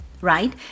right